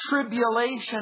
Tribulation